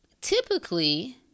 typically